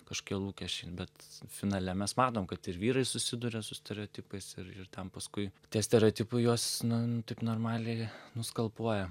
kažkie lūkesčiai bet finale mes matom kad ir vyrai susiduria su stereotipais ir ir ten paskui tie stereotipai juos na taip normaliai nuskalpuoja